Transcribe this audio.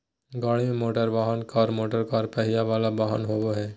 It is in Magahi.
गाड़ी मोटरवाहन, कार मोटरकार पहिया वला वाहन होबो हइ